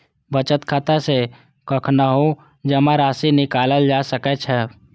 बचत खाता सं कखनहुं जमा राशि निकालल जा सकै छै